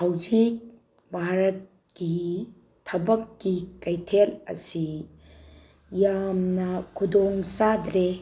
ꯍꯧꯖꯤꯛ ꯚꯥꯔꯠꯀꯤ ꯊꯕꯛꯀꯤ ꯀꯩꯊꯦꯜ ꯑꯁꯤ ꯌꯥꯝꯅ ꯈꯨꯗꯣꯡ ꯆꯥꯗ꯭ꯔꯦ